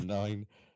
nine